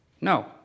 No